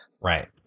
right